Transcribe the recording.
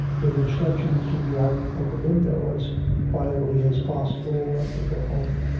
with instructions to get out of the window as quietly as possible, and to go home.